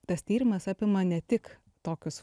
tas tyrimas apima ne tik tokius